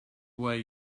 way